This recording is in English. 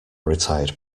retired